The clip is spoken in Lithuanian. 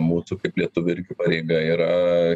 mūsų kaip lietuvių irgi pareiga yra